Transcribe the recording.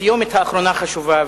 הסיומת האחרונה חשובה,